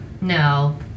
No